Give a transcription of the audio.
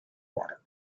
water